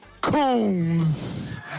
coons